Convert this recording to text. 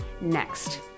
Next